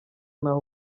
n’aho